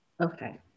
Okay